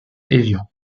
évian